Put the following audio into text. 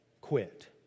quit